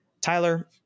Tyler